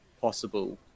possible